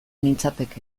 nintzateke